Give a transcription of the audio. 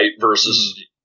versus